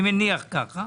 אני מניח כך.